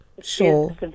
Sure